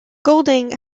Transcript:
golding